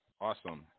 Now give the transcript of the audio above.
Awesome